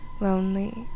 lonely